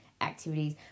activities